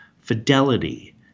fidelity